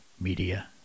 Media